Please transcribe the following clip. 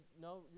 no